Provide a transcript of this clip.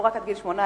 לא רק עד גיל 18,